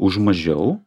už mažiau